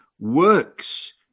works